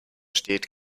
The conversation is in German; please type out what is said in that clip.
steht